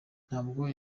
ntabwo